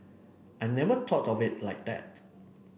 I never thought of it like that